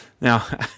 Now